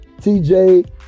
TJ